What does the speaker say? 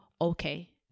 okay